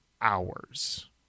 hours